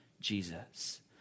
Jesus